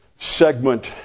segment